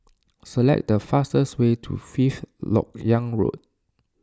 select the fastest way to Fifth Lok Yang Road